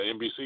NBC